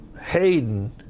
Hayden